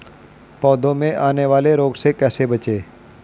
पौधों में आने वाले रोग से कैसे बचें?